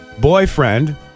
boyfriend